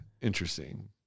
Interesting